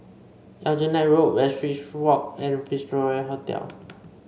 Aljunied Road Westridge Walk and Victoria Hotel